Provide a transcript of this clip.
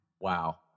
Wow